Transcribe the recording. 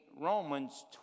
Romans